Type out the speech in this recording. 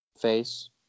face